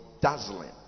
dazzling